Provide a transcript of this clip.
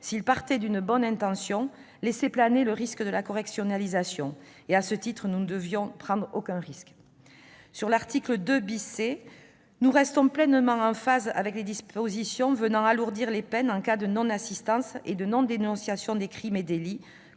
elle partait d'une bonne intention, laissait planer le risque de la correctionnalisation. À ce titre, nous ne devions prendre aucun risque. Quant à l'article 2 C, nous restons pleinement en phase avec les dispositions tendant à alourdir les peines en cas de non-assistance et de non-dénonciation des crimes et délits